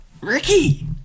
Ricky